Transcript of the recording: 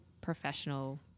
professional